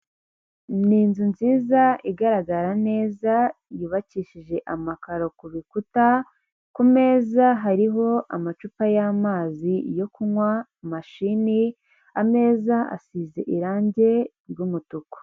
Ni inzu nziza igaragara neza, yubakishije amakaro ku bikuta, ku meza hariho amacupa y'amazi yo kunywa, mashini, ameza asize irangi ry'umutuku.